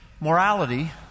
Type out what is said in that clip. Morality